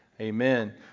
amen